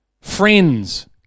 Friends